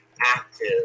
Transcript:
active